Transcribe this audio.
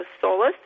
solace